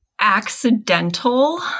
Accidental